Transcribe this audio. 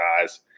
guys